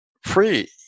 free